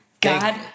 God